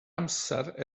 amser